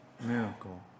miracle